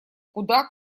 куда